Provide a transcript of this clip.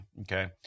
Okay